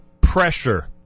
pressure